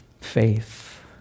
faith